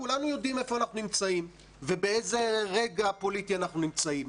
כולנו יודעים איפה אנחנו נמצאים ובאיזה רגע פוליטי אנחנו נמצאים,